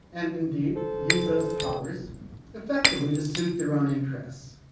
and indeed, use those powers effectively to suit their own interests.